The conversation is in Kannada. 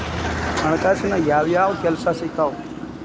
ಹಣಕಾಸಿನ್ಯಾಗ ಯಾವ್ಯಾವ್ ಕೆಲ್ಸ ಸಿಕ್ತಾವ